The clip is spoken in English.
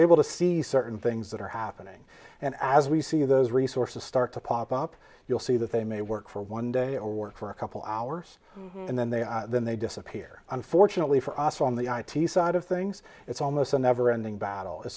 able to see certain things that are happening and as we see those resources start to pop up you'll see that they may work for one day or work for a couple hours and then they then they disappear unfortunately for us on the i t side of things it's almost a never ending battle as